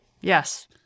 Yes